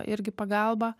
irgi pagalba